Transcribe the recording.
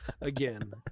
Again